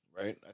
right